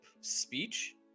speech